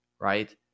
right